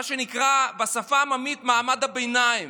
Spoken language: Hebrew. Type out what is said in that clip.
מה שנקרא בשפה העממית "מעמד הביניים",